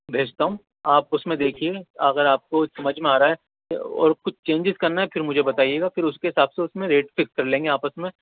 بھیجتا ہوں آپ اس میں دیکھیے اگر آپ کو سمجھ میں آ رہا ہے اور کچھ چینجز کرنا ہے پھر مجھے بتائیے گا پھر اس کے حساب سے اس میں ریٹ فکس کر لیں گے آپس میں